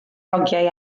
hogiau